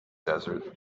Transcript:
desert